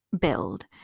build